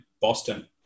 Boston